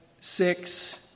Six